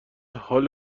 حال